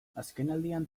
azkenaldian